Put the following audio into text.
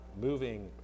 moving